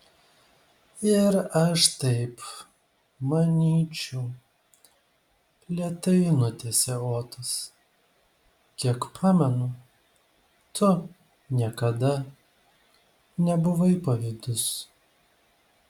ir aš taip manyčiau lėtai nutęsė otas kiek pamenu tu niekada nebuvai pavydus